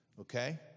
okay